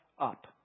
up